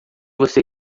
você